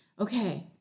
Okay